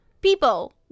People